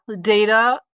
data